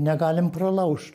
negalim pralaužt